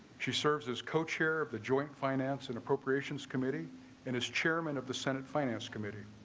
she serves as co-chair of the joint finance and appropriations committee and is chairman of the senate finance committee.